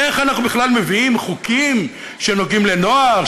איך אנחנו בכלל מביאים חוקים שנוגעים לנוער,